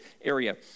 area